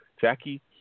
Jackie